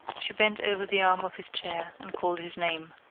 she bent over the arm of his chair and called his name.